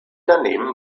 daneben